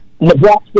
Nebraska